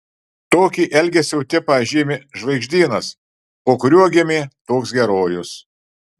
tokį elgesio tipą žymi žvaigždynas po kuriuo gimė toks herojus